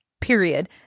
period